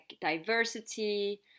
diversity